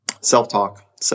self-talk